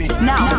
Now